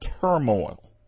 turmoil